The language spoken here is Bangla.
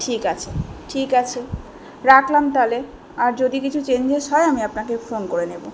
ঠিক আছে ঠিক আছে রাখলাম তাহলে আর যদি কিছু চেঞ্জেস হয় আমি আপনাকে ফোন করে নেব